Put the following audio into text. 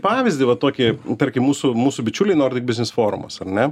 pavyzdį va tokį tarkim mūsų mūsų bičiuliai nordik biznes forumas ar ne